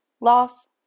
loss